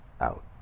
out